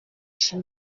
chez